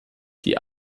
die